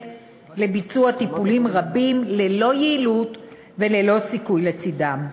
לביצוע טיפולים רבים ללא יעילות וללא סיכוי לצדם.